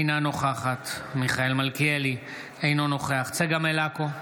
אינה נוכחת מיכאל מלכיאלי, אינו נוכח צגה מלקו,